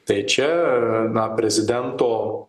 tai čia na prezidento